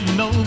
no